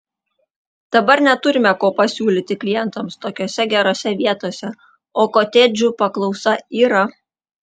dabar neturime ko pasiūlyti klientams tokiose gerose vietose o kotedžų paklausa yra